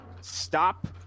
Stop